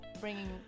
bringing